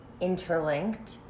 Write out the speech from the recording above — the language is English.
interlinked